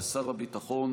הביטחון